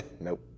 Nope